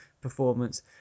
performance